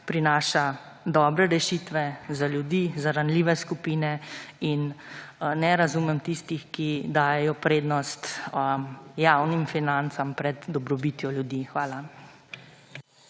Prinaša dobre rešitve za ljudi, za ranljive skupine. In ne razumem tistih, ki dajejo prednost javnim financam pred dobrobitjo ljudi. Hvala.